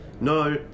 No